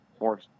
more